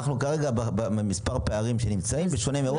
אנחנו כרגע במספר פערים שנמצאים שהם בשונה מאירופה.